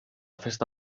festa